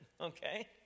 okay